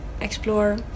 explore